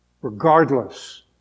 Regardless